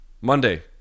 Monday